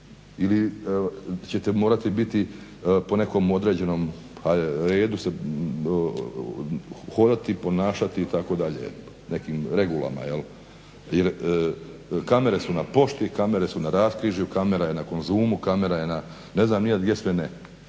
ili ćete morati biti po nekom određenom redu hodati, ponašati itd. nekim regulama. Jer kamere su na pošti, kamere su na raskrižju, kamera je na Konzumu ne znam gdje sve ne